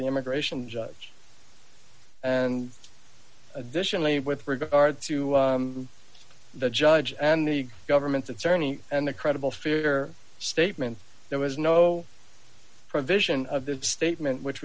the immigration judge and additionally with regard to the judge and the government's attorney and the credible fear statement there was no provision of the statement which